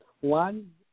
One